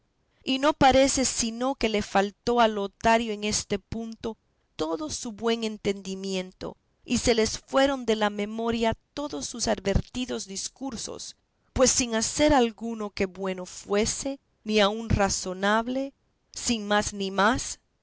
y no parece sino que le faltó a lotario en este punto todo su buen entendimiento y se le fueron de la memoria todos sus advertidos discursos pues sin hacer alguno que bueno fuese ni aun razonable sin más ni más